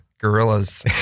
gorillas